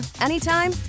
anytime